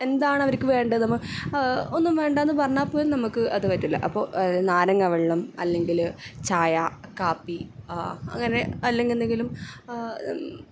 എന്താണവർക്ക് വേണ്ടത് നമ്മ ഒന്നും വേണ്ടാന്ന് പറഞ്ഞാൽ പോലും നമുക്ക് അത് പറ്റില്ല അപ്പോൾ നാരങ്ങ വെള്ളം അല്ലെങ്കില് ചായ കാപ്പി അങ്ങനെ അല്ലെങ്കിൽ എന്തെങ്കിലും